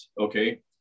okay